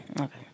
okay